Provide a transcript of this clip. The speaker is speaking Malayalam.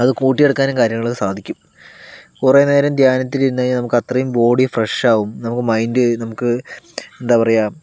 അത് കൂട്ടിയെടുക്കാനും കാര്യങ്ങളും സാധിക്കും കുറെ നേരം ധ്യാനത്തിൽ ഇരുന്നു കഴിഞ്ഞാൽ നമുക്ക് അത്രയും ബോഡി ഫ്രഷാവും നമുക്ക് മൈൻഡ് നമുക്ക് എന്താണ് പറയുക